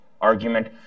argument